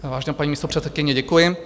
Vážená paní místopředsedkyně, děkuji.